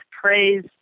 praise